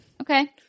Okay